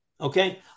Okay